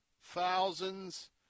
thousands